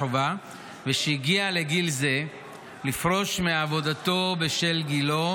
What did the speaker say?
חובה ושהגיע לגיל זה לפרוש מעבודתו בשל גילו,